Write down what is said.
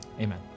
Amen